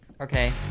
Okay